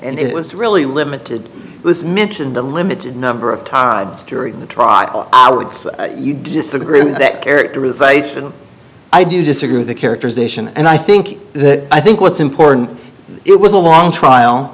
and it was really limited it was mentioned a limited number of todd's during the trial you disagree with that characterization i disagree with the characterization and i think that i think what's important it was a long trial